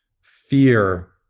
fear